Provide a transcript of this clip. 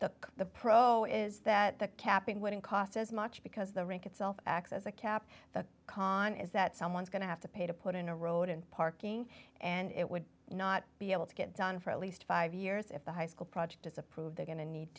the the pro is that the capping wouldn't cost as much because the rink itself acts as a cap the con is that someone's going to have to pay to put in a road and parking and it would not be able to get done for at least five years if the high school project is approved they're going to need